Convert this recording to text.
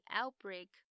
outbreak